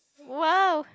!wow!